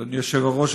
אדוני היושב-ראש,